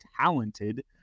talented